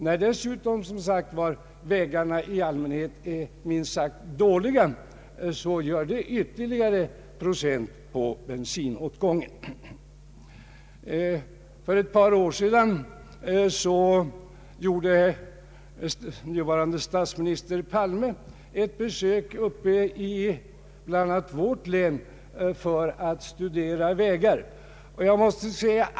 När dessutom, som sagt, vägarna i allmänhet är minst sagt dåliga, så gör det ytterligare procent på bensinåtgången. För ett par år sedan gjorde nuvarande statsminister Palme ett besök i bl.a. vårt län för att studera vägarna.